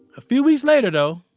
a few weeks later though.